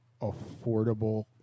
affordable